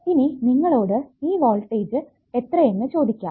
ഇനി നിങ്ങളോട് ഈ വോൾടേജ് എത്രയെന്ന് ചോദിക്കാം